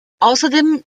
außerdem